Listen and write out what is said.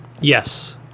Yes